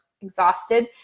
exhausted